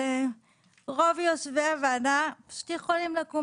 הרי רוב יושבי הוועדה פשוט יכולים לקום